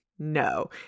No